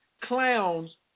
clowns